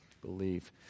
Believe